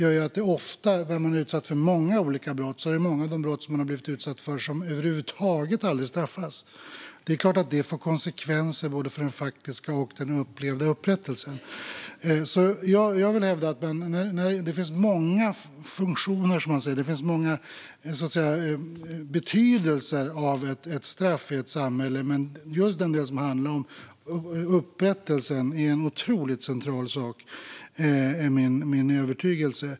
Är man då utsatt för många brott blir det många av de brott man har utsatts för som över huvud taget aldrig straffas. Det är klart att det får konsekvenser för både den faktiska och den upplevda upprättelsen. Det finns många betydelser hos ett straff i ett samhälle. Men just den del som handlar om upprättelsen är en otroligt central sak. Det är min övertygelse.